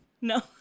No